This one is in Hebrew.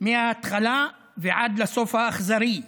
מההתחלה ועד הסוף האכזרי,